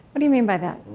what do you mean by that?